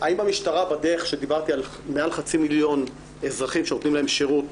האם המשטרה בדרך שדיברתי על מעל חצי מיליון אזרחים שנותנים להם שירות,